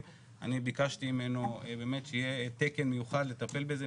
ביקשתי ממנו שיהיה תקן מיוחד לטפל בזה,